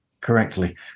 correctly